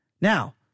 Now